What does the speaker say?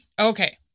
Okay